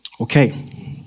Okay